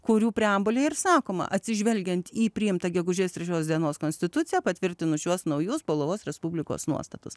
kurių preambulėje ir sakoma atsižvelgiant į priimtą gegužės trečios dienos konstituciją patvirtinus šiuos naujus paulavos respublikos nuostatus